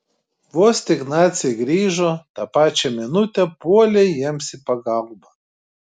vos tik naciai grįžo tą pačią minutę puolei jiems į pagalbą